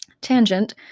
Tangent